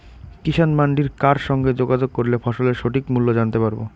কিষান মান্ডির কার সঙ্গে যোগাযোগ করলে ফসলের সঠিক মূল্য জানতে পারবো?